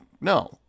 no